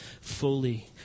fully